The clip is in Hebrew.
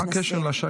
מה הקשר לשיט?